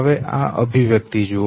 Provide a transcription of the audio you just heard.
હવે આ અભિવ્યક્તિ જુઓ